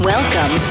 Welcome